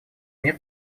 мер